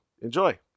enjoy